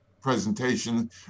presentation